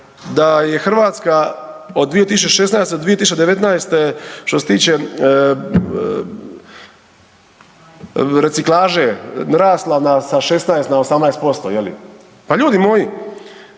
da je Hrvatska od 2016. do 2019. što se tiče reciklaže narasla sa 16 na 18%, je li? Pa ljudi moji,